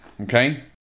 okay